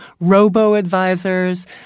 robo-advisors